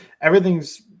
everything's